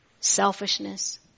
Selfishness